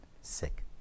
Sick